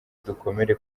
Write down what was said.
dukomere